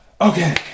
Okay